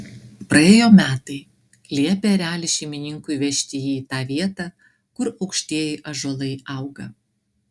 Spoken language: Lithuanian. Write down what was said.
praėjo metai liepė erelis šeimininkui vežti jį į tą vietą kur aukštieji ąžuolai auga